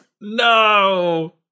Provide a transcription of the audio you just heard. No